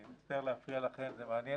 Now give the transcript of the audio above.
אני מצטער להפריע לכם, זה אומנם מעניין.